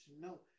No